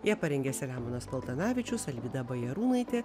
jie parengė selemonas paltanavičius alvyda bajarūnaitė